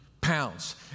pounds